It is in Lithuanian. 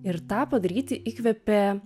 ir tą padaryti įkvėpė